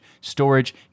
storage